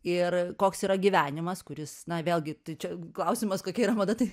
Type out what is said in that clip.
ir koks yra gyvenimas kuris na vėlgi tai čia klausimas kokia yra mada tai